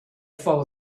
fall